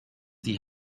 die